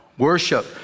worship